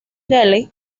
gale